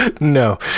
no